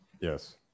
Yes